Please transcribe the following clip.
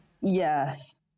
Yes